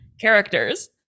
characters